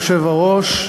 אדוני היושב-ראש,